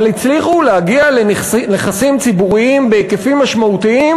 אבל הצליחו להגיע לנכסים ציבוריים בהיקפים משמעותיים,